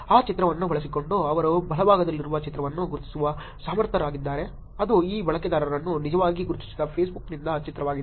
ಆ ಚಿತ್ರವನ್ನು ಬಳಸಿಕೊಂಡು ಅವರು ಬಲಭಾಗದಲ್ಲಿರುವ ಚಿತ್ರವನ್ನು ಗುರುತಿಸಲು ಸಮರ್ಥರಾಗಿದ್ದಾರೆ ಅದು ಈ ಬಳಕೆದಾರರನ್ನು ನಿಜವಾಗಿ ಗುರುತಿಸಿದ ಫೇಸ್ಬುಕ್ನಿಂದ ಚಿತ್ರವಾಗಿದೆ